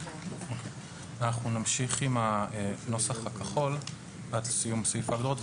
אנחנו נמשיך עם הנוסח הכחול עד לסיום סעיף ההלוואות,